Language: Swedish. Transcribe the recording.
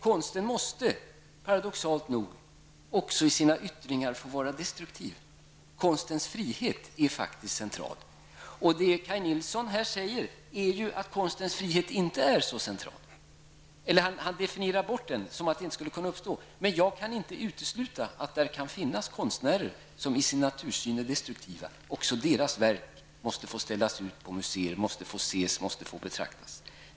Konsten måste, paradoxalt nog, också i sina yttringar få vara destruktiv. Konstens frihet är faktiskt central. Det som Kaj Nilsson här säger är att konstens frihet inte är så central. Han definierar bort den på ett sådant sätt att detta inte skulle kunna uppstå. Man jag kan inte utesluta att det kan finnas konstnärer som i sin natursyn är destruktiva. Också deras verk måste få ställas ut på museer, måste fås ses och betraktas.